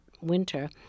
winter